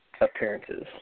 appearances